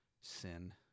sin